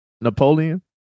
Napoleon